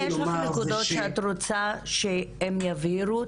אם יש לך נקודות שאת רוצה שהם יבהירו,